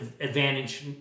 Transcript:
advantage